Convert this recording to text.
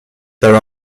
there